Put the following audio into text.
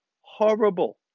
horrible